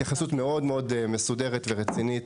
מסודרת ורצינית,